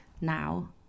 now